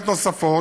נוספות.